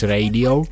Radio